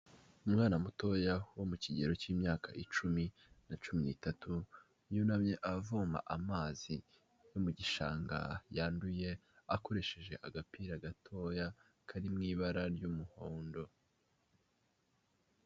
Umwana mutoya wo mu kigero cy'imyaka icumi na cumi n'itatu, yunamye avoma amazi yo mu gishanga yanduye akoresheje agapira gatoya kari mu ibara ry'umuhondo.